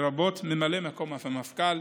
לרבות ממלא מקום המפכ"ל,